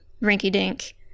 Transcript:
rinky-dink